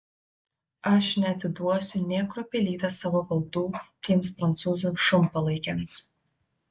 aš neatiduosiu nė kruopelytės savo valdų tiems prancūzų šunpalaikiams